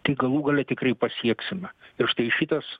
tai galų gale tikrai pasieksime ir štai šitas